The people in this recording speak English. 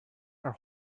are